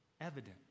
evident